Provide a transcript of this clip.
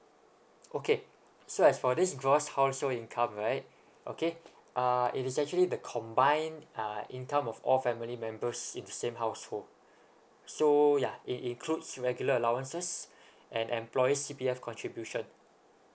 okay so as for this gross household income right okay uh it is actually the combined uh income of all family members in the same household so yeah it includes regular allowances and employees C_P_F contribution